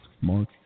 Mark